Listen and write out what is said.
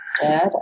Dad